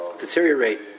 deteriorate